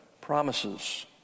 promises